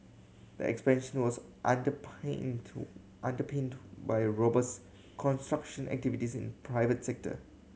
the expansion was under paint underpinned by robust construction activities in private sector